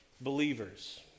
believers